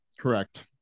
correct